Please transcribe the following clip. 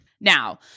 Now